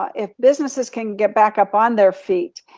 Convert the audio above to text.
if businesses can get back up on their feet,